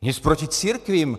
Nic proti církvím.